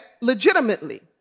legitimately